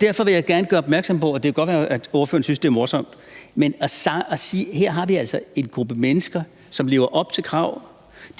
Derfor vil jeg gerne gøre opmærksom på – og det godt kan være, at ordføreren synes, det er morsomt – at vi altså her har en gruppe mennesker, som lever op til krav: